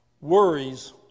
worries